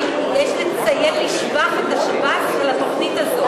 ויש לציין לשבח את השב"ס על התוכנית הזאת.